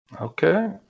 Okay